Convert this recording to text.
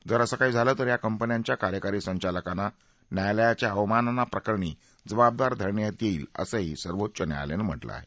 जरअसं काही झालं तर या कंपन्याच्या कार्यकारी संचालकांना न्यायालयाच्या अवमाननाप्रकरणी जबाबदार धरण्यात येईल असंही सर्वोच्च न्यायालयानं म्हा मिं आहे